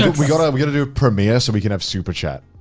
we gotta, we gotta do a premiere so we can have super chat.